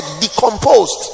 Decomposed